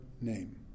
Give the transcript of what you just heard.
name